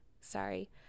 sorry